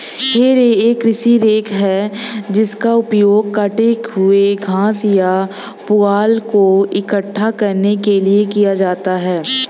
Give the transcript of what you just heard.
हे rake एक कृषि rake है जिसका उपयोग कटे हुए घास या पुआल को इकट्ठा करने के लिए किया जाता है